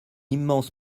immense